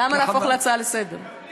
למה להפוך להצעה לסדר-היום?